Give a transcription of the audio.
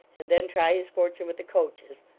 and then try his fortune with the coaches,